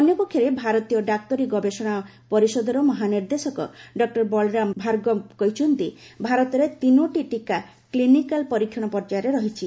ଅନ୍ୟ ପକ୍ଷରେ ଭାରତୀୟ ଡାକ୍ତରୀ ଗବେଷଣା ପରିଷଦର ମହାନିର୍ଦ୍ଦେଶକ ଡକ୍ଟର ବଳରାମ ଭାର୍ଗବ କହିଛନ୍ତି ଭାରତରେ ତିନୋଟି ଟିକା କ୍ଲିନିକାଲ୍ ପରୀକ୍ଷଣ ପର୍ଯ୍ୟାୟରେ ରହିଛି